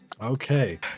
Okay